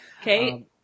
Okay